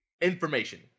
information